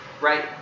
right